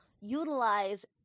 utilize